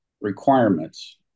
requirements